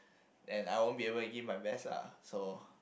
and I won't be able to give my best lah so